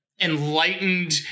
enlightened